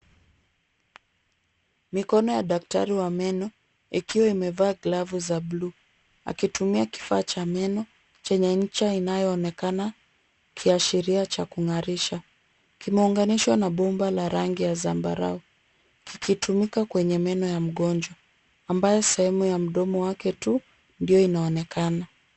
Mikono ya daktari wa meno ikiwa imevaa glavu za blue akitumia kifaa cha meno chenye ncha inayoonekana kiashiria cha kung'arisha. Kimeunganishwa na bomba la rangi ya zambarau kikitumika kwenye meno ya mgonjwa ambaye sehemu ya mdomo wake tu ndiyo inaonekana.